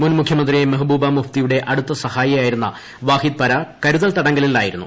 മുൻമുഖ്യമന്ത്രി മെഹ്ബൂബ മുഫ്ത്തിയുടെ അടുത്ത സഹായിയുമായിരുന്ന വാഹിദ്പര കരുതൽ തടങ്കലിൽ ആയിരുന്നു